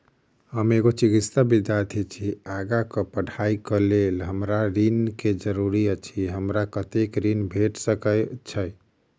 हम एगो चिकित्सा विद्यार्थी छी, आगा कऽ पढ़ाई कऽ लेल हमरा ऋण केँ जरूरी अछि, हमरा कत्तेक ऋण भेट सकय छई?